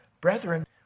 Brethren